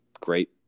great